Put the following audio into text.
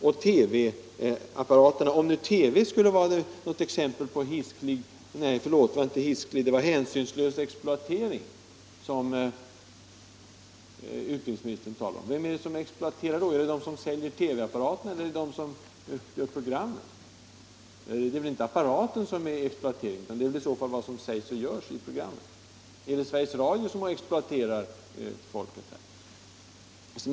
Om nu TV-apparaterna skulle vara ett exempel på hänsynslös exploatering, som utbildningsministern talade om, vem är det då som exploaterar? Är det de som säljer TV-apparaterna eller är det de som gör programmen? Det är väl inte apparaten som är exploatering, utan vad som sägs och görs i programmen? Det är i så fall Sveriges Radio som exploaterar folket.